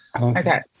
Okay